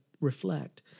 reflect